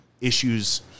issues